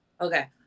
Okay